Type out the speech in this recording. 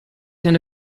eine